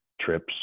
trips